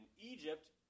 Egypt